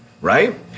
right